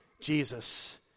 Jesus